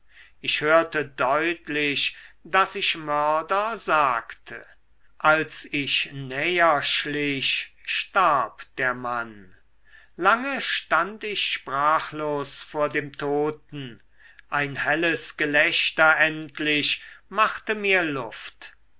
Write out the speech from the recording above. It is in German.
ich hörte deutlich daß ich mörder sagte als ich näher schlich starb der mann lange stand ich sprachlos vor dem toten ein helles gelächter endlich machte mir luft